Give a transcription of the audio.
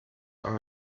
are